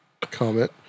comment